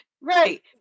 right